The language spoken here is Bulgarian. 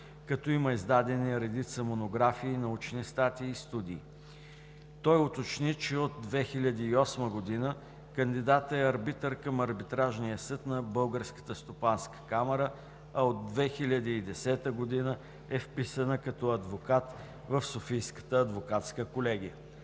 като има издадени редица монографии, научни статии и студии. Той уточни, че от 2008 г. кандидатът е арбитър към Арбитражния съд на Българската стопанска камара, а от 2010 г. е вписана като адвокат в Софийската адвокатска колегия.